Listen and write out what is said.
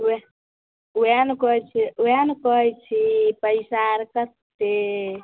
एह वहए ने कहै छी वहए ने कहै छी पैसा आर कतेक